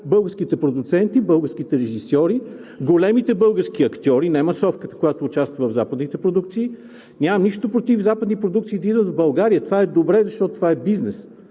българските продуценти, българските режисьори, големите български актьори, не масовката, която участва в западните продукции. Нямам нищо против западни продукции да идват в България. Това е добре, защото е бизнес